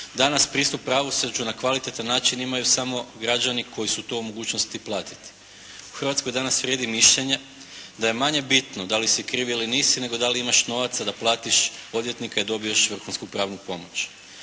danas pristup pravosuđu na kvalitetan način imaju samo građani koji su to u mogućnosti platiti. U Hrvatskoj danas vrijedi mišljenje da je manje bitno da li si kriv ili nisi nego da li imaš novaca da platiš odvjetnika i dobiješ vrhunsku pravnu pomoć.